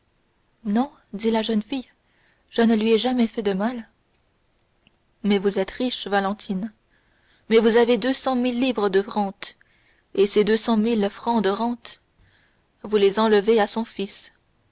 non dit la jeune fille je ne lui ai jamais fait de mal mais vous êtes riche valentine mais vous avez deux cent mille livres de rente et ces deux cent mille francs de rente vous les enlevez à son fils